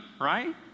right